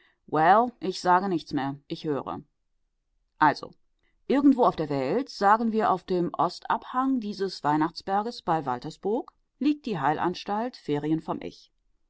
ich sage nichts mehr ich höre also irgendwo auf der welt sagen wir auf dem ostabhang dieses weihnachtsberges bei waltersburg liegt die heilanstalt ferien vom ich